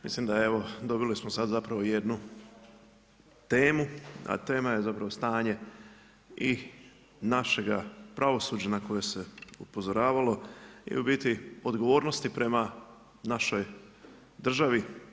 Mislim da evo, dobili smo sad zapravo jednu temu, a tema je zapravo stanje i našega pravosuđa na koje se upozoravalo i u biti odgovornosti prema našoj državi.